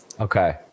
Okay